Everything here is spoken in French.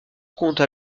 compte